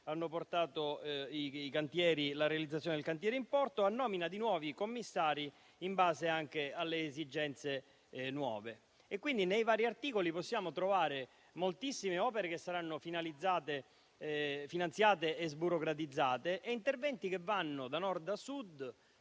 hanno terminato la realizzazione dei cantieri, e la nomina di nuovi commissari in base anche alle nuove esigenze. Nei vari articoli possiamo trovare moltissime opere che saranno finanziate e sburocratizzate, e interventi che vanno da Nord a Sud